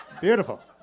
Beautiful